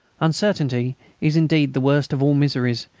uncertainty is indeed the worst of all miseries,